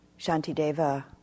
Shantideva